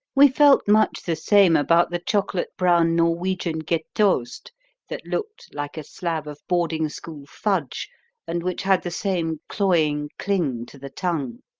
we felt much the same about the chocolate-brown norwegian gjetost that looked like a slab of boarding-school fudge and which had the same cloying cling to the tongue.